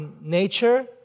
nature